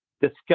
discuss